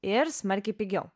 ir smarkiai pigiau